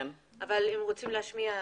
אבל הם רוצים להשמיע דעות.